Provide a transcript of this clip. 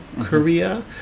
Korea